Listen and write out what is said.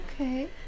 Okay